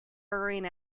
burrowing